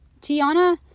Tiana